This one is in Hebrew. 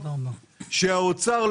שהאוצר,